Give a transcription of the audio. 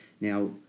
Now